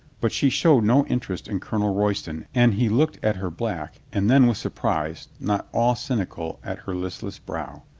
but she showed no interest in colonel royston and he looked at her black and then with surprise not all cynical at her listless brow.